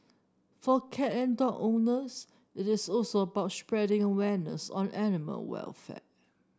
for cat and dog owners it is also about spreading awareness on animal welfare